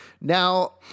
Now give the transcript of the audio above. Now